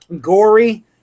gory